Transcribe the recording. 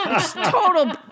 total